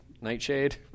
Nightshade